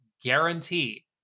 guarantee